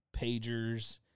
pagers